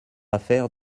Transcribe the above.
affaire